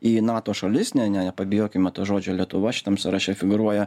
į nato šalis ne ne nepabijokime to žodžio lietuva šitam sąraše figūruoja